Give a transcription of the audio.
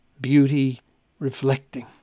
beauty-reflecting